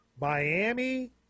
Miami